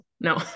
No